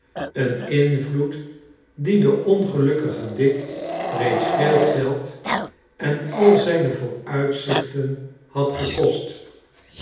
een invloed die den ongelukkigen dick reeds veel geld en al zijne vooruitzichten had gekost